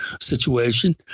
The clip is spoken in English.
situation